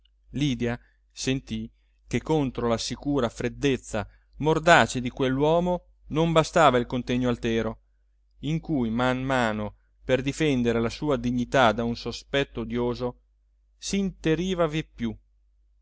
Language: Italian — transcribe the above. lydia sentì che contro la sicura freddezza mordace di quell'uomo non bastava il contegno altero in cui man mano per difendere la sua dignità da un sospetto odioso s'interiva